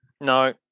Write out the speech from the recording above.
No